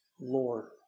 Lord